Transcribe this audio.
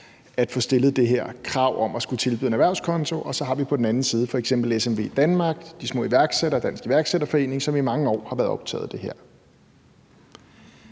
over for det her krav om at skulle tilbyde en erhvervskonto, og på den anden side har vi så f.eks. SMVdanmark, de små iværksættere og Dansk Iværksætter Forening, som i mange år har været optaget af det her.